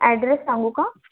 address सांगू का